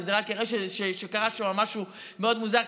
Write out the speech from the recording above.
וזה רק יראה שקרה שם משהו מאוד מוזר.